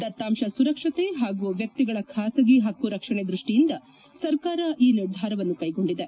ದತ್ತಾಂಶ ಸುರಕ್ಷತೆ ಮತ್ತು ವ್ಯಕ್ತಿಗಳ ಖಾಸಗಿ ಹಕ್ಕು ರಕ್ಷಣೆ ದೃಷ್ಷಿಯಿಂದ ಸರ್ಕಾರ ಈ ನಿರ್ಧಾರವನ್ನು ಕೈಗೊಂಡಿದೆ